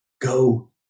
Go